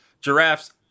giraffe's